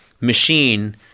machine